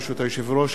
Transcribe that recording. ברשות היושב-ראש,